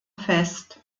fest